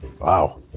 Wow